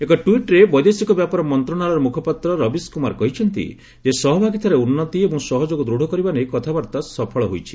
ଏକ ଟ୍ୱିଟ୍ରେ ବୈଦେଶିକ ବ୍ୟାପାର ମନ୍ତ୍ରଣାଳୟ ମୁଖପାତ୍ର ରବିଶ କୁମାର କହିଛନ୍ତି ଯେ ସହଭାଗୀତାରେ ଉନ୍ନତି ଏବଂ ସହଯୋଗ ଦୃଢ଼ କରିବା ନେଇ କଥାବାର୍ତ୍ତା ସଫଳ ହୋଇଛି